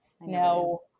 No